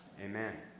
Amen